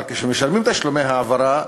אבל כשמשלמים תשלומי העברה,